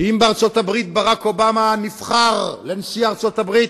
כי בארצות-הברית ברק אובמה נבחר להיות נשיא ארצות-הברית,